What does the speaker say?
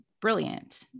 brilliant